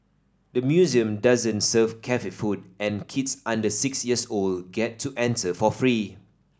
the museum doesn't serve cafe food and kids under six years old get to enter for free